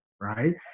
right